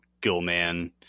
Gilman